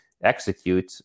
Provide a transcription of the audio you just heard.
execute